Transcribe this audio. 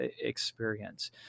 experience